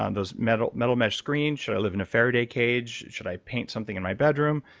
um those metal metal mesh screens. should i live in a faraday cage? should i paint something in my bedroom?